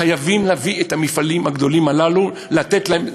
חייבים להביא את המפעלים הגדולים הללו, לתת להם,